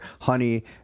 honey